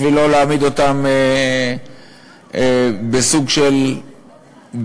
בשביל לא להעמיד אותם בסוג של דילמה,